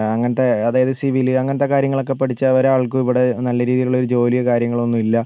അങ്ങനത്തെ അതായത് സിവില് അങ്ങനത്തെ കാര്യങ്ങളൊക്കെ പഠിച്ച ഒരാൾക്കും ഇവിടെ നല്ല രീതിയിലുള്ള ഒരു ജോലി കാര്യങ്ങളൊന്നുമില്ല